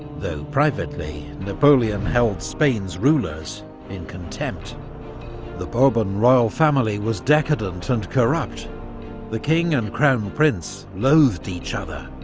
though privately, napoleon held spain's rulers in contempt the bourbon royal family was decadent and corrupt the king and crown prince loathed each other,